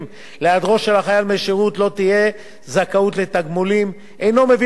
להיעדרו של החייל מהשירות לא תהיה זכאות לתגמולים אינו מביא